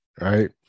Right